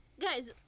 guys